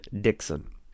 Dixon